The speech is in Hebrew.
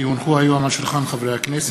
כי הונחו היום על שולחן הכנסת,